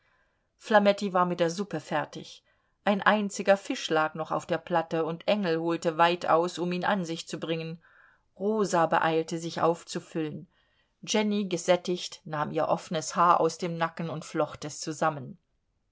flametti war mit der suppe fertig ein einziger fisch lag noch auf der platte und engel holte weit aus um ihn an sich zu bringen rosa beeilte sich aufzufüllen jenny gesättigt nahm ihr offenes haar aus dem nacken und flocht es zusammen